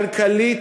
כלכלית,